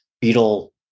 Beetle